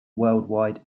worldwide